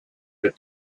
the